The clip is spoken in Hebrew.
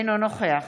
אינו נוכח